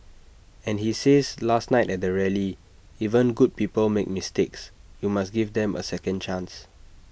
and he says last night at the rally even good people make mistakes you must give them A second chance